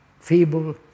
feeble